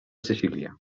sicília